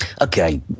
Okay